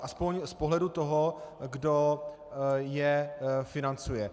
Aspoň z pohledu toho, kdo je financuje.